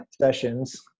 sessions